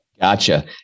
Gotcha